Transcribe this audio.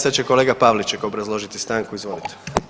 Sad će kolega Pavliček obrazložiti stanku, izvolite.